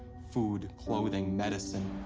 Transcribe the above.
food, clothing, medicine.